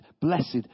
blessed